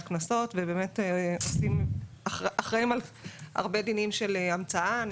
קנסות ואחראים על הרבה דינים של המצאה.